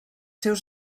seus